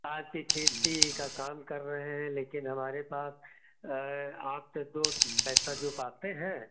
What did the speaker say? आपकी खेती का काम कर रहे हैं लेकिन हमारे पास आपसे दो पैसा जो पाते हैं